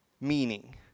meaning